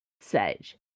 Sage